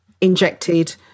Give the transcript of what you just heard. injected